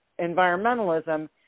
environmentalism